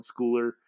Schooler